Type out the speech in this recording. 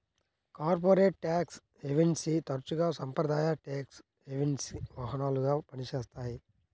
corporate tax హెవెన్ని తరచుగా సాంప్రదాయ ట్యేక్స్ హెవెన్కి వాహనాలుగా పనిచేస్తాయి